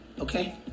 Okay